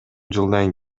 жылдан